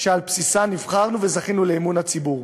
שעל בסיסן נבחרנו וזכינו לאמון הציבור.